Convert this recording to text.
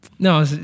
No